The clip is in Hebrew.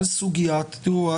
תראו,